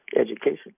education